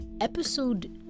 episode